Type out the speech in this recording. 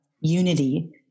unity